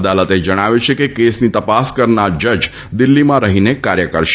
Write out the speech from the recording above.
અદાલતે જણાવ્યું છે કે કેસની તપાસ કરનાર જજ દિલ્હીમાં રહીને કાર્ય કરશે